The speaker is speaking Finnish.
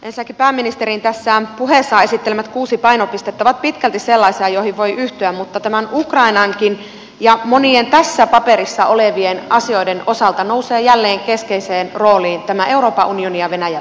ensinnäkin pääministerin tässä puheessaan esittelemät kuusi painopistettä ovat pitkälti sellaisia joihin voi yhtyä mutta tämän ukrainankin ja monien tässä paperissa olevien asioiden osalta nousee jälleen keskeiseen rooliin tämä euroopan unionin ja venäjän välinen suhde